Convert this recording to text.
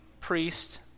priest